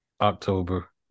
October